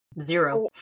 zero